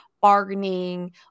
bargaining